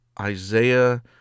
Isaiah